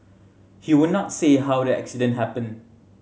he would not say how the accident happened